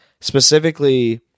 specifically